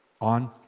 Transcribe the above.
On